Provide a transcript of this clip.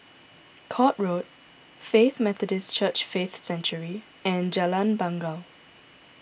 Court Road Faith Methodist Church Faith Sanctuary and Jalan Bangau